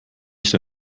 nicht